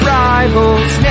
rivals